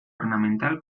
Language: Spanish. ornamental